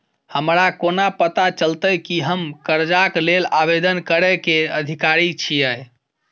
हमरा कोना पता चलतै की हम करजाक लेल आवेदन करै केँ अधिकारी छियै?